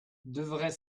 devrait